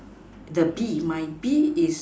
the B my B is